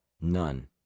None